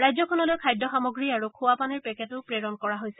ৰাজ্যখনলৈ খাদ্য সামগ্ৰী আৰু খোৱা পানীৰ পেকেটো প্ৰেৰণ কৰা হৈছে